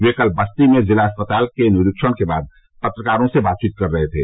वे कल बस्ती में जिला अस्पताल के निरीक्षण के बाद पत्रकारों से बातचीत कर रहे थे